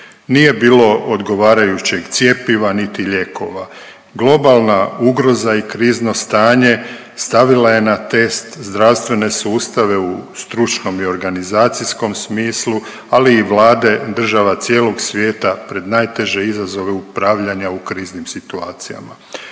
Nije bilo odgovarajućeg cjepiva niti lijekova. Globalna ugroza i krizno stanje, stavila je na test zdravstvene sustave u stručnom i organizacijskom smislu, ali i vlade država cijelog svijeta pred najteže izazove upravljanja u kriznim situacijama.